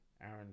Aaron